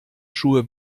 schuhe